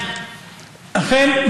אכן,